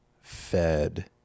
fed